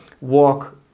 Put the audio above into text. walk